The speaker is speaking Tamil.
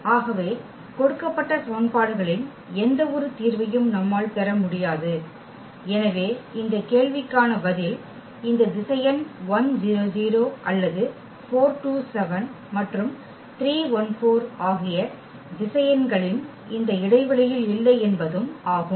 ஆகவே கொடுக்கப்பட்ட சமன்பாடுகளின் எந்த ஒரு தீர்வையும் நம்மால் பெற முடியாது எனவே இந்த கேள்விக்கான பதில் இந்த திசையன் அல்லது மற்றும் ஆகிய திசையன்களின் இந்த இடைவெளியில் இல்லை என்பதும் ஆகும்